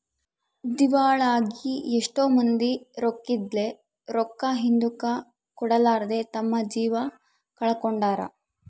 ದಿವಾಳಾಗಿ ಎಷ್ಟೊ ಮಂದಿ ರೊಕ್ಕಿದ್ಲೆ, ರೊಕ್ಕ ಹಿಂದುಕ ಕೊಡರ್ಲಾದೆ ತಮ್ಮ ಜೀವ ಕಳಕೊಂಡಾರ